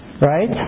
Right